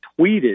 tweeted